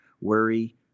worry